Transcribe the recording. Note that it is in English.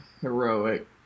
heroic